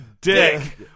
dick